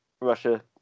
Russia